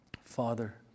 Father